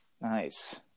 Nice